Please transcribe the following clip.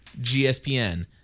gspn